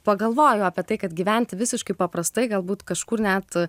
pagalvoju apie tai kad gyventi visiškai paprastai galbūt kažkur net